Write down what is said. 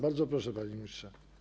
Bardzo proszę, panie ministrze.